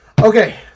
Okay